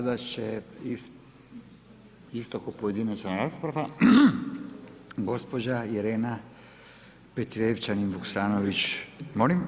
Sada će isto kao pojedinačna rasprava gospođa Irena Petrijevčanin Vuksanović, molim?